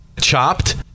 Chopped